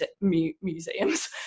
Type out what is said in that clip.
museums